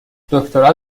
دکتری